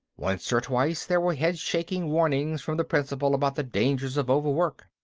once or twice there were head-shaking warnings from the principal about the dangers of over-work.